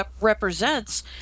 represents